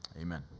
Amen